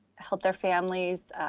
help their families